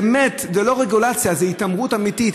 באמת, זו לא רגולציה, זו התעמרות אמיתית.